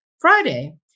Friday